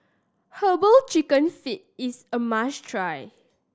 Herbal Chicken Feet is a must try